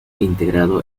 integrado